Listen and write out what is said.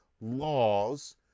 laws